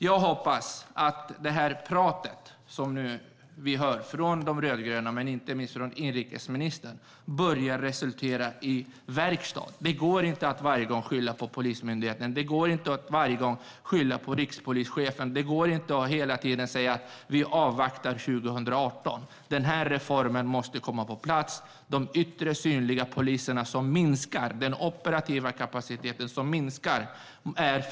Jag hoppas att det här pratet som vi hör från de rödgröna och inte minst från inrikesministern börjar resultera i verkstad. Det går inte att varje gång skylla på Polismyndigheten. Det går inte att varje gång skylla på rikspolischefen. Det går inte att hela tiden säga att vi avvaktar 2018. Den här reformen måste komma på plats. Antalet yttre, synliga poliser minskar. Den operativa kapaciteten minskar.